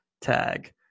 tag